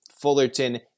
Fullerton